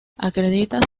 acredita